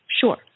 sure